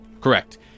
Correct